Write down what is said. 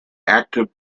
active